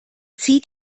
zieht